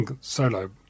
solo